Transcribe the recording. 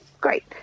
great